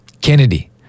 Kennedy